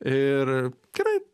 ir gerai